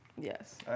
yes